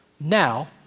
now